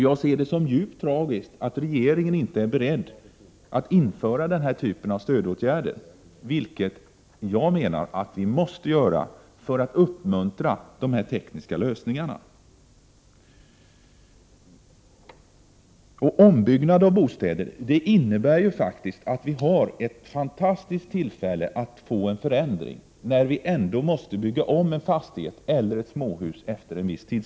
Jag ser det som djupt tragiskt att regeringen inte är beredd att införa den här typen av stödåtgärder, vilket jag anser att vi måste göra för att uppmuntra framtagandet och användningen av dessa nya tekniska lösningar. Vid ombyggnad av bostäder har vi ett fantastiskt tillfälle att åstadkomma en förändring. Vi måste ju ändå bygga om fastigheter och småhus efter en viss tid.